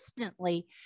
instantly